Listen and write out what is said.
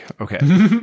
Okay